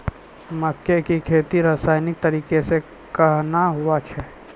मक्के की खेती रसायनिक तरीका से कहना हुआ छ?